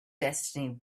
destiny